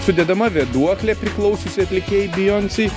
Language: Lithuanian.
sudedama vėduoklė priklausiusi atlikėjai bijoncei